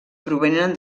provenen